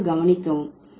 ஆனால் கவனிக்கவும்